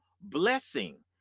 blessing